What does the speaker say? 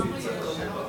כמה יש בדעות אחרות?